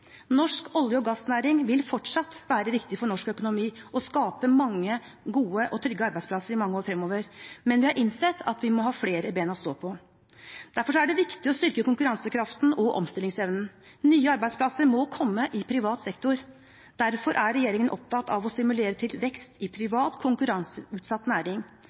Norsk olje- og gassnæring vil fortsatt være viktig for norsk økonomi og skape mange gode og trygge arbeidsplasser i mange år fremover, men vi har innsett at vi må ha flere ben å stå på. Derfor er det viktig å styrke konkurransekraften og omstillingsevnen. Nye arbeidsplasser må komme i privat sektor. Derfor er regjeringen opptatt av å stimulere til vekst i privat konkurranseutsatt næring.